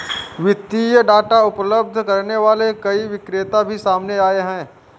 वित्तीय डाटा उपलब्ध करने वाले कई विक्रेता भी सामने आए हैं